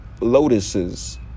lotuses